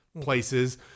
places